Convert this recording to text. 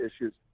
issues